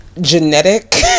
genetic